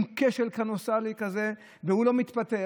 אחרי כשל קולוסלי כזה לא מתפטר.